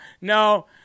no